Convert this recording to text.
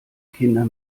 kinder